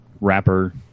wrapper